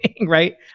right